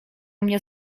mnie